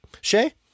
Shay